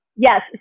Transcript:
Yes